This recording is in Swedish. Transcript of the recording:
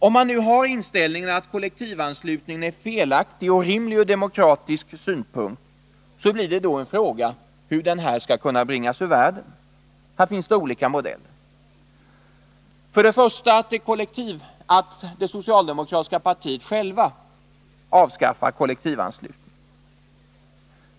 Om man nu har inställningen att kollektivanslutningen är felaktig och orimlig ur demokratisk synpunkt, blir det en fråga om hur den skall kunna bringas ur världen. Här finns det olika modeller: För det första finns ju modellen att det socialdemokratiska partiet självt avskaffar kollektivanslutningen.